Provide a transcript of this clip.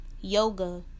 yoga